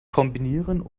kombinieren